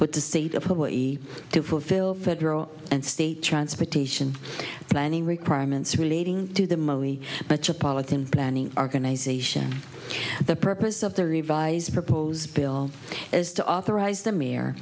with the state of hawaii to fulfill federal and state transportation planning requirements relating to the mostly bunch of politicians planning organization the purpose of the revised proposed bill is to authorize the